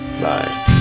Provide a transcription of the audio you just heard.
Bye